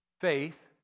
Faith